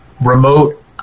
remote